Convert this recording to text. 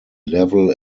level